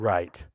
Right